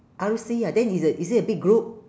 R_C ah then is a is it a big group